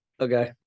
okay